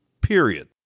period